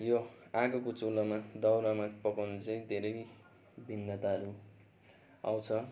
यो आगोको चुलोमा दाउरामा पकाउनु चाहिँ धेरै नै भिन्नताहरू आउँछ